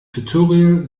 tutorial